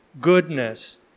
goodness